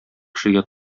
кешегә